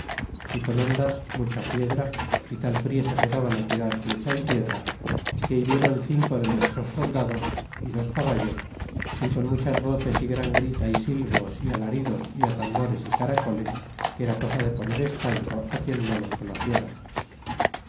é con hondas mucha piedra y tal tirar flecha y piedra que hirieron fi se daban cinco de nuestros soldados e dos caballos y con muchas voces y gran gritad silvos y alaridos y atambores y caracoles que era cosa de dos y atambores poner espanto fi quien no los conociera